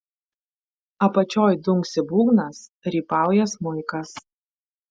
apačioj dunksi būgnas rypauja smuikas